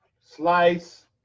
slice